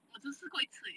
我只吃过一次而已